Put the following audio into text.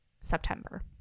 September